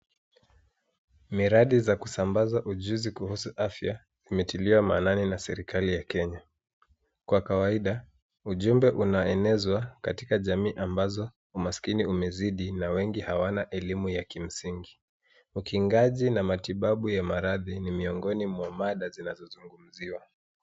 Miradi za kusambaza ujuzi kuhusu afya imetilia maanani na serikali ya Kenya. Kwa kawaida ujumbe unaenezwa katika jamii ambazo umaskini umezidi na wengi hawana elimu ya kimsingi. Ukingaji na matibabu ya maradhi ni miongoni mwa mada zinazozungumziwa.